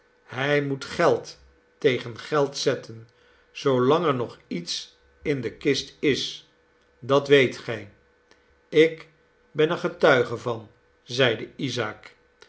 hij moet geld tegen geld zetten zoolang er nog iets in de kist is dat weet gij ik ben er getuige van zeide isaak